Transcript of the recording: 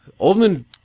Oldman